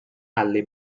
alle